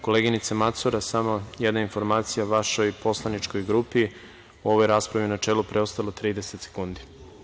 Koleginice Macura, samo jedna informacija, vašoj poslaničkoj grupi u ovoj raspravi u načelu preostalo je 30 sekundi.